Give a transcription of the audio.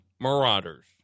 Marauders